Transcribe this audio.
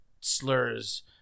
slurs